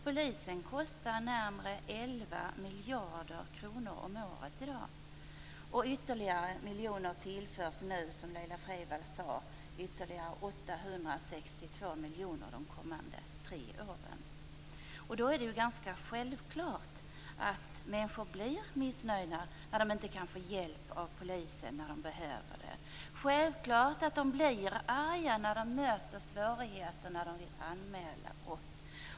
Polisen kostar närmare 11 miljarder kronor om året i dag. Som Laila Freivalds sade tillförs nu ytterligare 862 miljoner kronor under de kommande tre åren. Det är ganska självklart att människor blir missnöjda om de inte kan få hjälp av polisen när de behöver det. Det är självklart att de blir arga när de möter svårigheter när de vill anmäla.